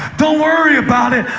don't worry about it.